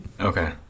okay